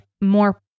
more